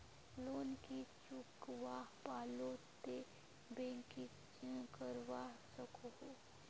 Loan नी चुकवा पालो ते बैंक की करवा सकोहो?